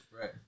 Right